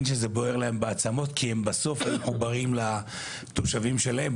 שזה בוער להם בעצמות כי הם בסוף מחוברים בתושבים שלהם,